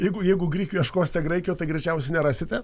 jeigu jeigu grikių ieškosite graikijoj tai greičiausiai nerasite